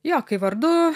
jo kai vardu